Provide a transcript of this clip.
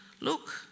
look